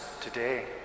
today